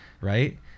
right